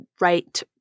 right